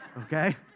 okay